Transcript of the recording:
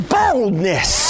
boldness